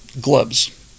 gloves